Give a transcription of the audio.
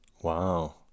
Wow